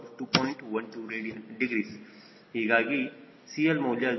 12 ಹೀಗಾಗಿ CL ಮೌಲ್ಯ 9